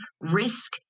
risk